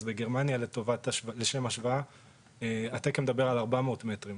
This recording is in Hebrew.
אז בגרמניה לשם השוואה התקן מדבר על 400 מטרים.